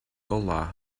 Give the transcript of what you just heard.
golau